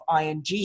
ING